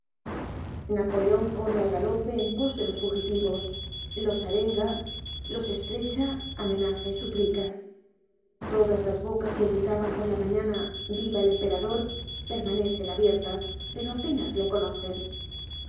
napoleon corre al galope en pos de los fugitivos los arenga los estrecha amenaza y suplica todas las bocas que gritaban por la mañana viva el emperador permanecen abiertas pero apenas le conocen